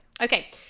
Okay